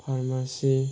pharmacy